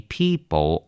people